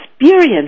experience